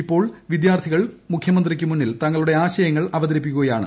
ഇപ്പോൾ വിദ്യാർത്ഥികൾ മുഖ്യമന്ത്രിക്ക് മുന്നിൽ തങ്ങളുടെ ആശയങ്ങൾ അവതരിപ്പിക്കുകയാണ്